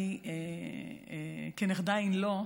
אני, כנכדה in-law,